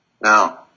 Now